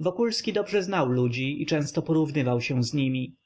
wokulski dobrze znał ludzi i często porównywał się z nimi